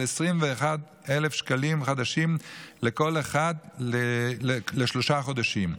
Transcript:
21,000 שקלים חדשים לכל אחד לשלושה חודשים,